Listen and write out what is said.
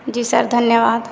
जी sir धन्यवाद